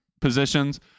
positions